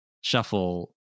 shuffle